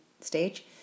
stage